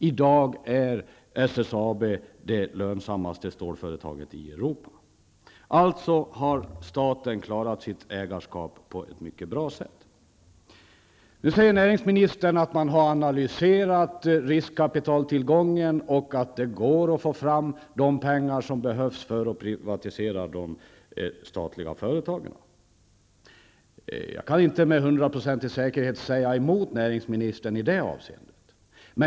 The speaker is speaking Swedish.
I dag är SSAB det lönsammaste stålföretaget i Europa. Alltså har staten klarat sitt ägarskap på ett mycket bra sätt. Nu säger näringsministern att man har analyserat riskkapitaltillgången och att det går att få fram de pengar som behövs för att privatisera de statliga företagen. Jag kan inte med hundraprocentig säkerhet säga emot näringsministern i det avseendet.